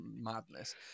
madness